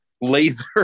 laser